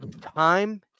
Time